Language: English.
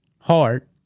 hard